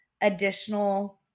additional